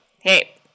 Hey